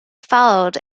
followed